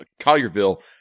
Collierville